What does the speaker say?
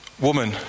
Woman